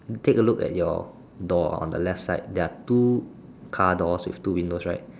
take a look at your door on the left side there are two car doors with two windows right